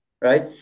right